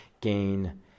gain